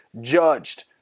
judged